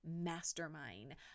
Mastermind